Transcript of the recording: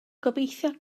gobeithio